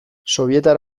sobietar